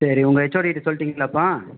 சரி உங்கள் ஹெச்ஓடி கிட்ட சொல்லிவிட்டீங்களாப்பா